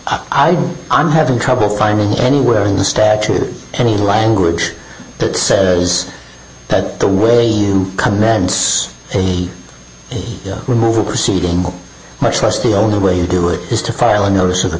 i i'm having trouble finding anywhere in the statute any language that says that the way you commands a removal proceeding my trust the only way to do it is to file a notice of the